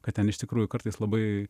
kad ten iš tikrųjų kartais labai